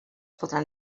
podran